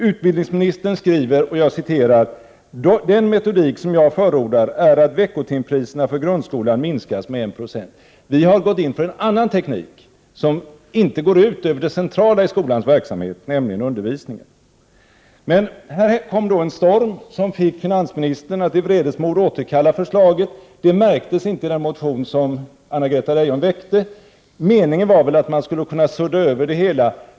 Utbildningsministern skriver: ”Den metodik som jag förordar är att veckotimspriserna för grundskolan minskas med 1 96”. Vi har gått in för en annan teknik som inte går ut över det centrala i skolans verksamhet, nämligen undervisningen. Men här kom då en storm som fick finansministern att i vredesmod återkalla förslaget, vilket inte framgick av den motion som Anna-Greta Leijon väckte. Meningen var väl att man skulle kunna stryka ett streck över det hela.